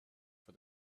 for